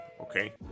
okay